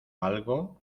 algo